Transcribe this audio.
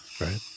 right